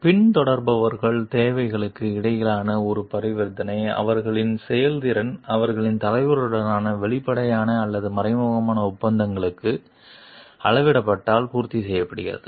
பின்தொடர்பவர்களின் தேவைகளுக்கு இடையிலான ஒரு பரிவர்த்தனை அவர்களின் செயல்திறன் அவர்களின் தலைவருடனான வெளிப்படையான அல்லது மறைமுகமான ஒப்பந்தங்களுக்கு அளவிடப்பட்டால் பூர்த்தி செய்யப்படுகிறது